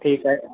ठीक आहे